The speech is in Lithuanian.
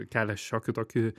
kelia šiokį tokį